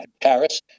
Paris